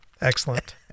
Excellent